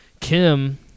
Kim